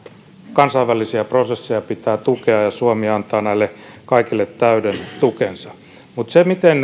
kansainvälisiä prosesseja pitää tukea ja suomi antaa näille kaikille täyden tukensa siitä miten